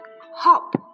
Hop